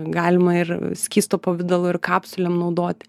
galima ir skysto pavidalo ir kapsulem naudoti